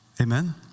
Amen